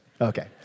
Okay